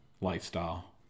lifestyle